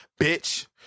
bitch